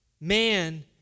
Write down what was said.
Man